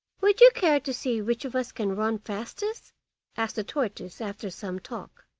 would you care to see which of us can run fastest asked the tortoise, after some talk.